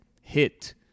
hit